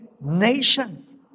nations